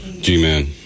G-Man